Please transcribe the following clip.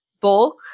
bulk